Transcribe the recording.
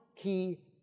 key